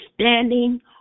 standing